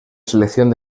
selección